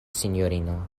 sinjorino